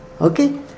Okay